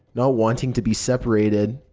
not wanting to be separated.